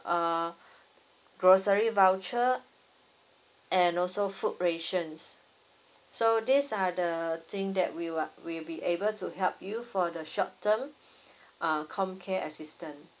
uh grocery voucher and also food rations so these are the thing that we are we will be able to help you for the short term uh homecare assistant